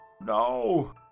No